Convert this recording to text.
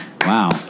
Wow